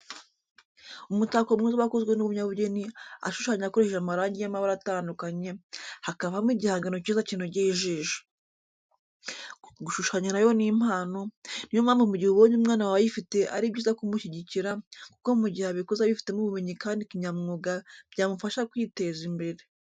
Umutako mwiza wakozwe n'umunyabugeni ashushanya akoresheje amarangi y'amabara atandukanye hakavamo igihangano cyiza kinogeye ijisho. Gushushanya na yo ni impano, ni yo mpamvu mu gihe ubonye unwana wawe ayifite ari byiza kumushyigikira kuko mu gihe abikoze abifitemo ubumenyi kandi kinyamwuga byamufasha kwiteza imbere.